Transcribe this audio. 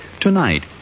tonight